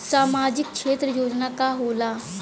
सामाजिक क्षेत्र योजना का होला?